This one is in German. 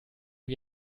wie